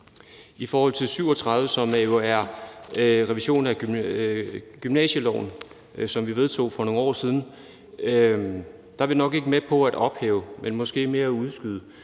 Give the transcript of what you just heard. I forhold til L 37, som jo er en revision af gymnasieloven, som vi vedtog for nogle år siden, er vi nok ikke med på at ophæve, men måske mere at udskyde,